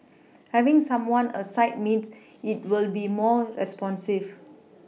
having someone a site means it will be more responsive